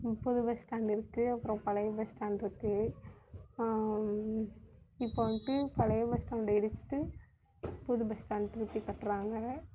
முப்பது bus stand இருக்குது அப்புறம் பழைய பஸ் ஸ்டாண்ட்டிருக்கு இப்போ வந்துட்டு பழைய பஸ் ஸ்டாண்டை இடிச்சுட்டு புது பஸ் ஸ்டாண்ட் திருப்பி கட்டுறாங்க